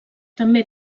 també